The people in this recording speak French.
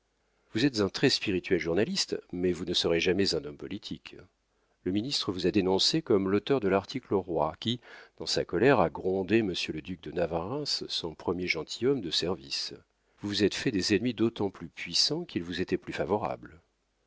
vous êtes un très-spirituel journaliste mais vous ne serez jamais un homme politique le ministre vous a dénoncé comme l'auteur de l'article au roi qui dans sa colère a grondé monsieur le duc de navarreins son premier gentilhomme de service vous vous êtes fait des ennemis d'autant plus puissants qu'ils vous étaient plus favorables